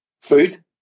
food